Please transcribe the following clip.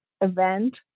event